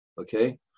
okay